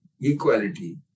equality